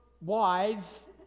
wise